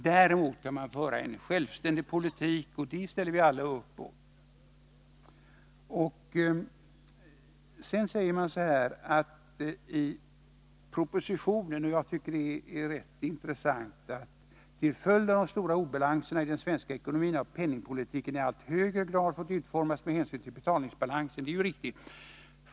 Däremot kan man föra en självständig politik, och det ställer vi alla upp på. Sedan säger man i propositionen, och jag tycker att det är rätt intressant: ”Till följd av de stora obalanserna i den svenska ekonomin har penningpolitiken i allt högre grad fått utformas med hänsyn till betalningsbalansen.” Det är riktigt.